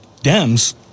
Dems